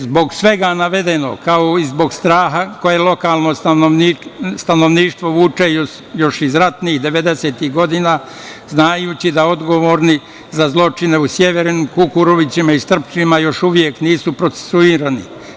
Zbog svega navedenog, kao i zbog straha koje lokalno stanovništvo vuče još iz ratnih 90-tih godina, znajući da odgovorni za zločine u Sjeverinu, Kukurovićima i Strpčnima još uvek nisu procesuirani.